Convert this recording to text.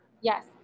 yes